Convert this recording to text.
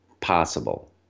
possible